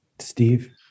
Steve